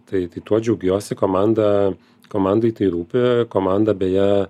tai tai tuo džiaugiuosi komanda komandai tai rūpi komanda beje